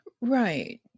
Right